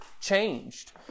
changed